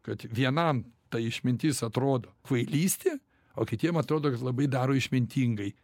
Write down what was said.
kad vienam ta išmintis atrodo kvailystė o kitiem atrodo kad labai daro išmintingai